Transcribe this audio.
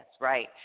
Right